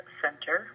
center